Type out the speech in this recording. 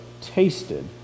tasted